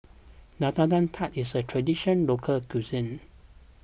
Nutella Tart is a Traditional Local Cuisine